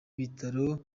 bitaro